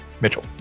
Mitchell